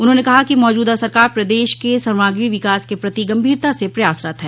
उन्होंने कहा कि मौजूदा सरकार प्रदश के सर्वांगीण विकास के प्रति गंभीरता से प्रयासरत है